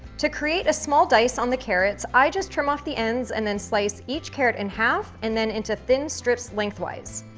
to create a small dice on the carrots, i just trim off the ends and then slice each carrot in half and then into thin strips lengthwise.